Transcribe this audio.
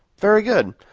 very good.